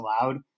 allowed